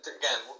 again